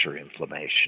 inflammation